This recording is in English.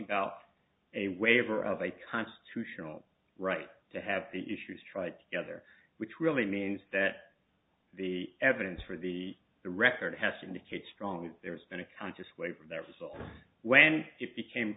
about a waiver of a constitutional right to have the issues tried together which really means that the evidence for the record has indicated strong there's been a conscious waiver that when it became